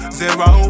zero